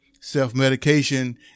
Self-medication